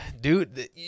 dude